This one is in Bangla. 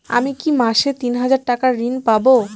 আমি কি মাসে তিন হাজার টাকার ঋণ পাবো?